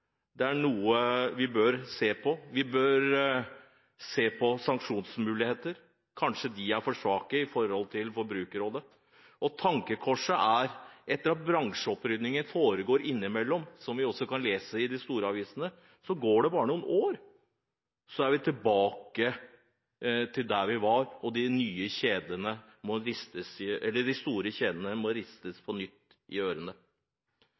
dette er noe vi bør se på. Vi bør se på sanksjonsmuligheter. Kanskje de er for svake når det gjelder Forbrukerombudet. Tankekorset er at etter en bransjeopprydding innimellom, som vi også kan lese i de store avisene, går det bare noen år før vi er tilbake der vi var, og de store kjedene må ristes i ørene